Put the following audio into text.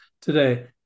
today